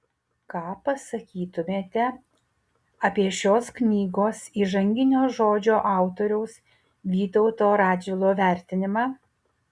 ką pasakytumėte apie šios knygos įžanginio žodžio autoriaus vytauto radžvilo vertinimą